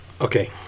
Okay